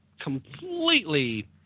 completely –